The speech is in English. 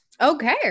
okay